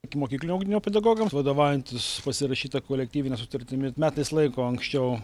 ikimokyklinio ugdymo pedagogams vadovaujantis pasirašyta kolektyvine sutartimi metais laiko anksčiau